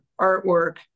artwork